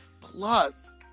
Plus